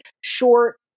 short